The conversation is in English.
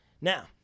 Now